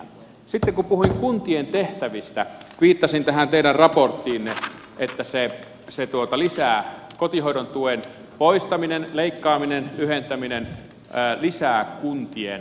sitten kun puhuin kuntien tehtävistä viittasin tähän teidän raporttiinne että se kotihoidon tuen poistaminen leikkaaminen lyhentäminen lisäävät kuntien kustannuksia